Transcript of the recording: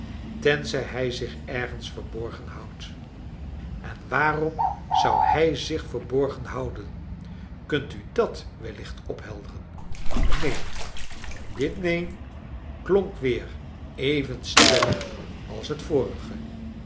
tenzij hij zich ergens verborgen houdt en waarom zou hij zich verborgen houden kunt u dat wellicht ophelderen neen dit neen klonk weer even stellig als het vorige